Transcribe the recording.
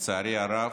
לצערי הרב,